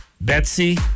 Betsy